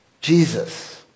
Jesus